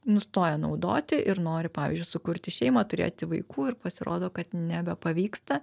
nustoja naudoti ir nori pavyzdžiui sukurti šeimą turėti vaikų ir pasirodo kad nebepavyksta